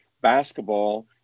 basketball